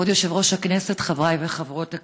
כבוד יושב-ראש הישיבה, חברי וחברות הכנסת,